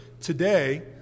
today